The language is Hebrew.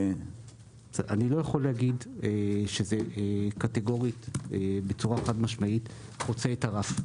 אני לא יכול להגיד שזה קטגורית בצורה חד-משמעית חוצה את הרף.